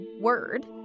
word